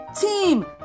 Team